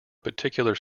particular